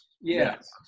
Yes